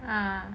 ah